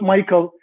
Michael